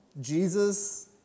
Jesus